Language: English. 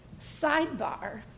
sidebar